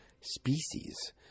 species